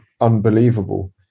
Unbelievable